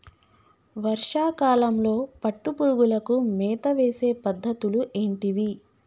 వర్షా కాలంలో పట్టు పురుగులకు మేత వేసే పద్ధతులు ఏంటివి?